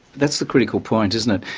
that's the critical point, isn't it?